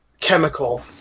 chemical